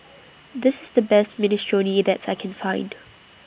This IS The Best Minestrone that I Can Find